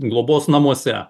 globos namuose